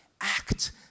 act